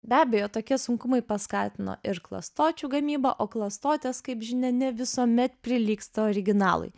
be abejo tokie sunkumai paskatino ir klastočių gamybą o klastotės kaip žinia ne visuomet prilygsta originalui